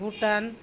Bhutan